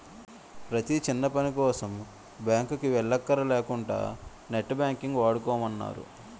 ప్రతీ చిన్నపనికోసం బాంకుకి వెల్లక్కర లేకుంటా నెట్ బాంకింగ్ వాడుకోమన్నారు